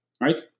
right